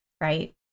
right